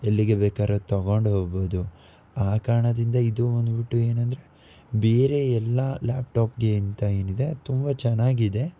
ಎಲ್ಲಿಗೆ ಬೇಕಾದ್ರು ತಗೊಂಡು ಹೋಗ್ಬೋದು ಆ ಕಾರಣದಿಂದ ಇದು ಬಂದುಬಿಟ್ಟು ಏನಂದರೆ ಬೇರೆ ಎಲ್ಲ ಲ್ಯಾಪ್ಟಾಪ್ಗಿಂತ ಏನಿದೆ ಅದು ತುಂಬ ಚೆನ್ನಾಗಿದೆ